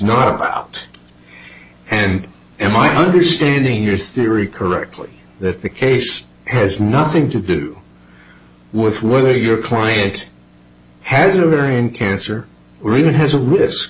not about and in my understanding your theory correctly that the case has nothing to do with whether your client has a varian cancer or even has a risk